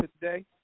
today